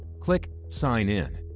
click sign in.